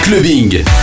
clubbing